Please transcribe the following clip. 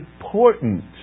important